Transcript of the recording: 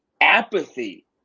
apathy